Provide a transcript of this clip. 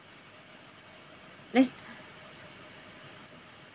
let's